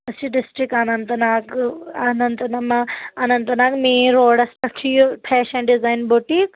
أسۍ چھ ڈِسٹرک اننت ناگہٕ اننت نا اننت ناگ مین روڈس پٮ۪ٹھ چھُ یہِ فیشن ڈِزاین بوٹیٖک